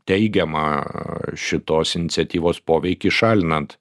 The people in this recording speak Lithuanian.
teigiamą šitos iniciatyvos poveikį šalinant